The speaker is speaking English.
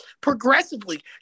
progressively